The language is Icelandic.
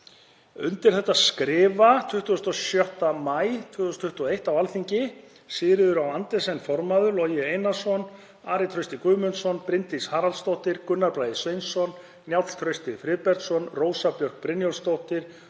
Undir þetta skrifa 26. maí 2021 á Alþingi hv. þingmenn Sigríður Á. Andersen formaður, Logi Einarsson, Ari Trausti Guðmundsson, Bryndís Haraldsdóttir, Gunnar Bragi Sveinsson, Njáll Trausti Friðbertsson, Rósa Björk Brynjólfsdóttir